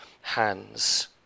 hands